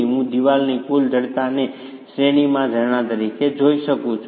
પછી હું દિવાલની કુલ જડતાને શ્રેણીમાં ઝરણા તરીકે જોઈ શકું છું